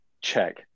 check